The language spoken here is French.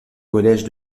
collège